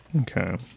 Okay